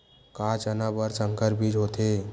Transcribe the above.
का चना बर संकर बीज होथे?